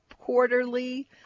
quarterly